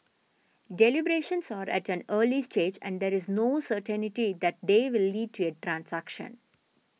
deliberations are at an early stage and there is no certainty that they will lead to a transaction